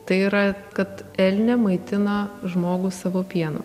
tai yra kad elnė maitina žmogų savo pienu